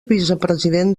vicepresident